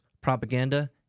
propaganda